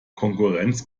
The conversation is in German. konkurrenz